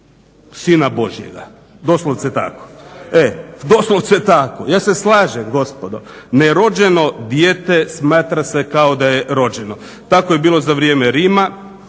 sina Božjega. Doslovce tako. Ja se slažem gospodo nerođeno dijete smatra se kao da je rođeno. Tako je bilo za vrijeme Rima